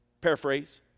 Paraphrase